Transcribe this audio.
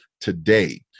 today